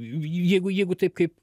jeigu jeigu taip kaip